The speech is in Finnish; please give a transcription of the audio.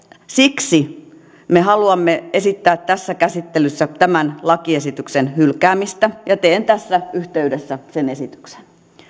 siksi me haluamme esittää tässä käsittelyssä tämän lakiesityksen hylkäämistä ja teen tässä yhteydessä sen esityksen